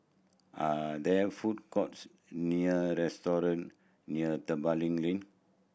are there food courts near restaurant near Tebing Lane